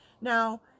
now